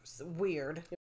weird